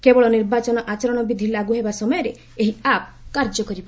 କେବଳ ନିର୍ବାଚନ ଆଚରଣ ବିଧି ଲାଗ୍ର ହେବା ସମୟରେ ଏହି ଆପ୍ କାର୍ଯ୍ୟ କରିବ